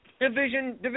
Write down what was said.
division